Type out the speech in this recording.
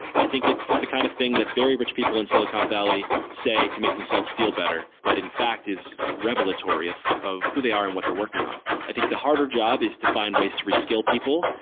i think it's the kind of thing that very rich people in silicon valley say to make themselves feel better, but in fact is revelatory of of who they are and what they're working on i think the harder job is to find ways to rescale people,